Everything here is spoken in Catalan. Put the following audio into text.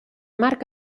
marc